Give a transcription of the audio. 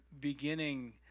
beginning